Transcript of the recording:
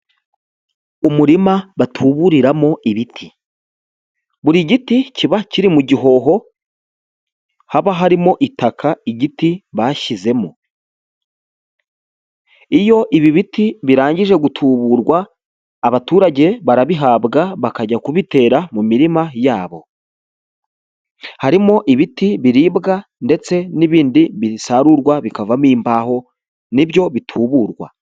Umurima batuburiramo ibiti, buri giti kiba kiri mu gihoho haba harimo itaka igiti bashyizemo, iyo ibi biti birangije tuburwa abaturage barabihabwa bakajya kubitera mu mirima yabo, harimo ibiti biribwa ndetse n'ibindi bisarurwa bikavamo imbaho nibyo biturwa.